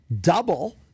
Double